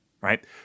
right